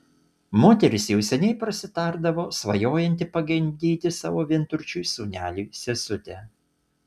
moteris jau seniai prasitardavo svajojanti pagimdyti savo vienturčiui sūneliui sesutę